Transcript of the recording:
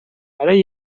برای